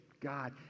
God